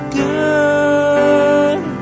good